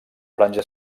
franja